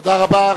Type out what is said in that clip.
תודה רבה.